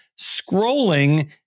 scrolling